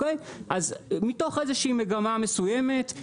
מתוך איזושהי מגמה מסוימת,